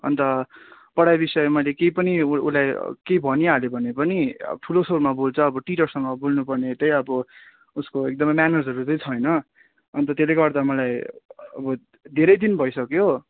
अन्त पढाइ विषय मैले केही पनि ऊ उसलाई केही भनिहाल्यो भने पनि अब ठुलो श्वरमा बोल्छ अब टिचरसँग बोल्नु पर्ने त्यही अब उसको एकदमै म्यानर्सहरू चाहिँ छैन अन्त त्यसले गर्दा मलाई अब धेरै दिन भइसक्यो